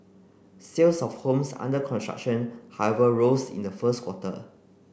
sales of homes under construction however rose in the first quarter